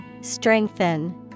Strengthen